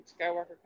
Skywalker